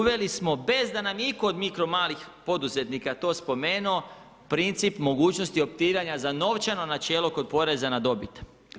Uveli ste bez da nam je itko od mikro malih poduzetnika to spomenuo, princip mogućnosti, optiranja za novčano načelo kod poreza na dobit.